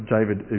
David